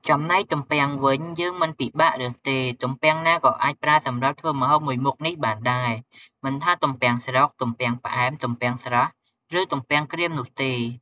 ចំណែកទំពាំងវិញ យើងមិនពិបាករើសទេ ទំពាំងណាក៏អាចប្រើសម្រាប់ធ្វើម្ហូបមួយមុខនេះបានដែរ មិនថាទំពាំងស្រុក ទំពាំងផ្អែុម ទំពាំងស្រស់ ឬទំពាំងក្រៀមនោះទេ។